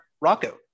Rocco